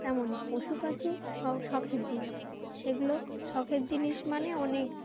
তেমন পশু পাখি শ শখের জিনিস সেগুলো শখের জিনিস মানে অনেক